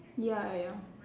ya ya